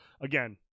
again